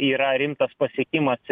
yra rimtas pasiekimas